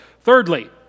Thirdly